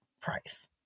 price